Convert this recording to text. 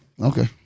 Okay